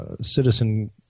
citizen